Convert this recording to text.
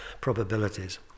probabilities